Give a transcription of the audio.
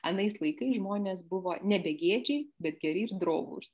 anais laikais žmonės buvo ne begėdžiai bet geri ir drovūs